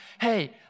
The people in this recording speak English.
hey